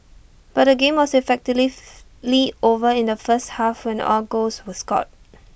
but the game was effectively over in the first half when all goals were scored